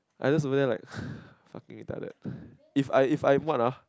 I just wear like fucking retarded if I if I'm what ah